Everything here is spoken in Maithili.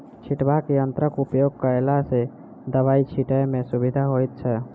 छिटबाक यंत्रक उपयोग कयला सॅ दबाई छिटै मे सुविधा होइत छै